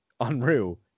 Unreal